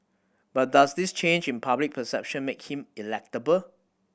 but does this change in public perception make him electable